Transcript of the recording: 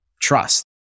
trust